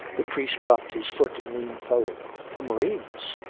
the priest dropped his foot and leaned forward. from rheims?